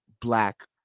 Black